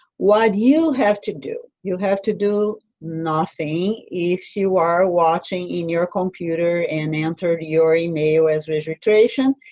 what you have to do you have to do nothing if you are watching in your computer and entered your email as registration,